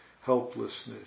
helplessness